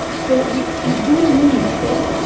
so we we do need, sort of,